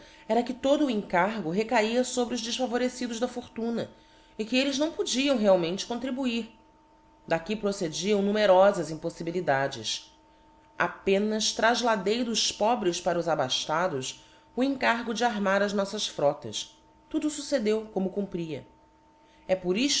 era que todo o encaixo recaía fobre os deítavorecidos da fortuna e que elles não podiam realmente contribuir d'aqui procediam numerofas impoífibilidades apenas traíladei dos pobres para os abadados o encargo de armar as noítas frotas tudo fuccedeu como cumpria é por ifto